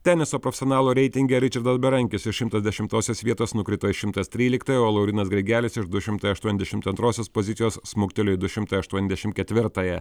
teniso profesionalų reitinge ričardas berankis iš šimtas dešimtosios vietos nukrito į šimtas tryliktąją o laurynas grigelis iš du šimtai aštuoniasdešimt antrosios pozicijos smuktelėjo į du šimtai aštuoniasdešimt ketvirtąją